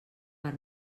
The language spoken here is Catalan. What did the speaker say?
per